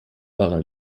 waren